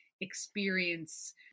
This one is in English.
experience